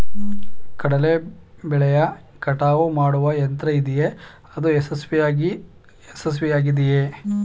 ಕಡಲೆ ಬೆಳೆಯ ಕಟಾವು ಮಾಡುವ ಯಂತ್ರ ಇದೆಯೇ? ಅದು ಯಶಸ್ವಿಯಾಗಿದೆಯೇ?